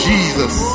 Jesus